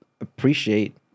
appreciate